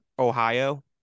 ohio